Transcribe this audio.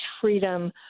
Freedom